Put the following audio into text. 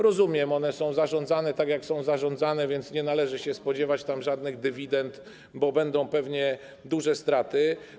Rozumiem, one są zarządzane tak, jak są zarządzane, więc nie należy się spodziewać tam żadnych dywidend, będą pewnie duże straty.